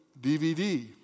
DVD